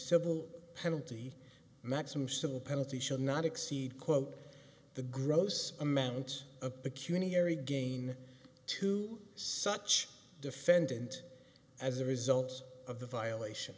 civil penalty maximum civil penalty should not exceed quote the gross amount of the cuny or again to such defendant as a result of the violation